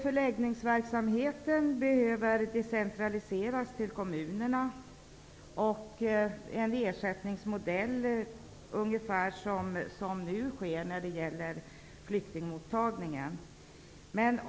Förläggningsverksamheten behöver decentraliseras till kommunerna, och det behövs en ersättningsmodell ungefär som när det gäller flyktingmottagningen.